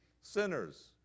sinners